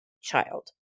child